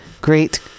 great